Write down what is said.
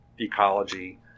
ecology